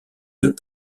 deux